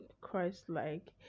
christ-like